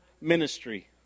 ministry